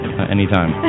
anytime